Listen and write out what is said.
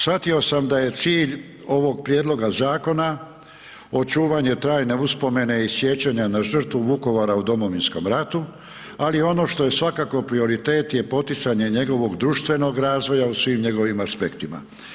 Shvatio sam da je cilj ovog prijedloga zakona očuvanje trajne uspomene i sjećanje na žrtvu Vukovara u Domovinskom ratu ali ono što je svakako prioritet je poticanje njegovog društvenog razvoja u svim njegovim aspektima.